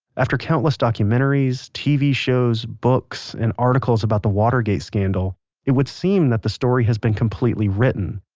after countless documentaries, tv shows, books, and articles about the watergate scandal it would seem that the story has been completely written.